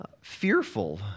fearful